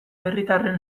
herritarren